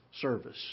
service